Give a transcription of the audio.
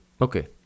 Okay